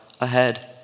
ahead